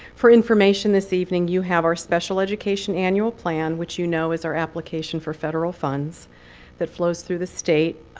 for information this evening, you have our special education annual plan, which you know is our application for federal funds that flows through the state,